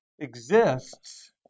exists